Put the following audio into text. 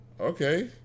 okay